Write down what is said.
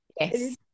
Yes